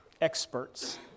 experts